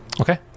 Okay